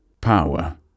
Power